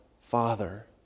Father